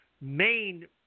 main